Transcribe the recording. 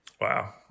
Wow